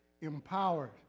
empowered